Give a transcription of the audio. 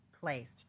placed